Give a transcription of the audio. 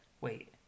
wait